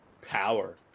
power